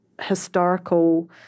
historical